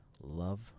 love